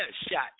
shot